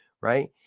right